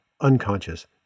unconscious